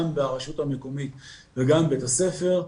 גם ברשות המקומית וגם בית הספר,